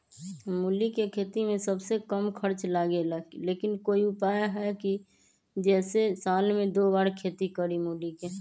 मूली के खेती में सबसे कम खर्च लगेला लेकिन कोई उपाय है कि जेसे साल में दो बार खेती करी मूली के?